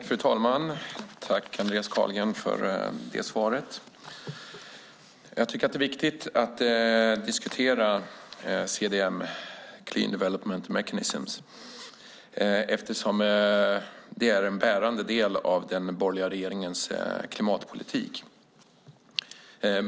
Fru talman! Tack, Andreas Carlgren, för svaret! Det är viktigt att diskutera CDM, clean development mechanism, eftersom det är en bärande del av den borgerliga regeringens klimatpolitik.